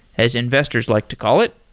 as investors like to call it.